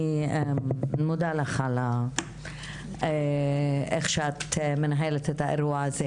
אני מודה לך איך שאת מנהלת את האירוע הזה.